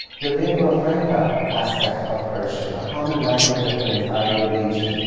the lingua franca aspect of persian, a common language of an entire region,